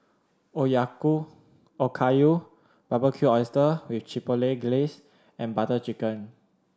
Okayu Barbecued Oysters with Chipotle Glaze and Butter Chicken